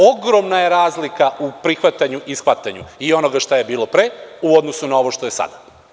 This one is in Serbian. Ogromna je razlika u prihvatanju i shvatanju i onoga što je bilo pre u odnosu na ovo što je sada.